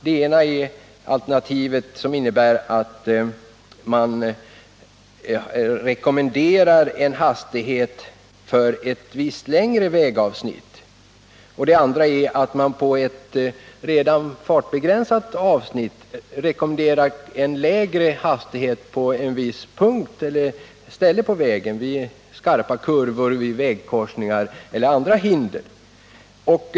Det ena alternativet är att man rekommenderar en hastighet för ett visst längre vägavsnitt. Det andra alternativet är att man på ett redan fartbegränsat vägavsnitt rekommenderar en lägre hastighet på en viss sträcka — i skarpa kurvor, vid korsningar och på andra trafikfarliga ställen.